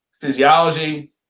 physiology